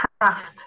craft